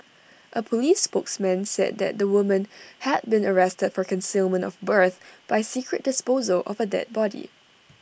A Police spokesman said that the woman had been arrested for concealment of birth by secret disposal of A dead body